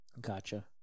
Gotcha